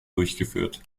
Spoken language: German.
durchgeführt